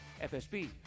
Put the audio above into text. FSB